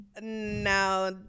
Now